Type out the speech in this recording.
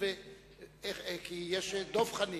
יש דב חנין.